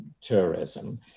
tourism